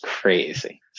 Crazy